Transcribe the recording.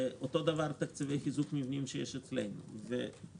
ואותו דבר לגבי תקציבי חיזוק מבנים שיש אצלנו וכולי.